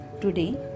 Today